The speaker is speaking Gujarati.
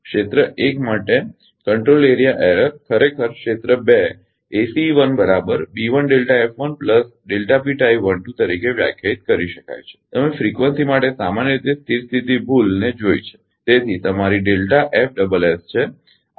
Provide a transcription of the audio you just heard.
ક્ષેત્ર 1 માટે નિયંત્રણ ક્ષેત્ર ભૂલ ખરેખર અને ક્ષેત્ર 2 તરીકે વ્યાખ્યાયિત કરી શકાય છે તમે ફ્રીકવંસી માટે સામાન્ય રીતે સ્થિર સ્થિતી ભૂલને જોઇ છે જે તમારી છે